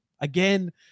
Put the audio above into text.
again